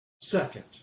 second